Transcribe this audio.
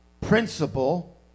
principle